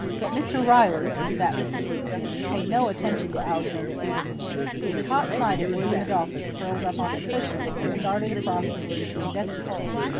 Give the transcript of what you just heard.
but mr. riley since that was the brute's name paid no attention to alexander abraham. he had caught sight of william adolphus curled up on the cushion, and he started across the room to investigate him.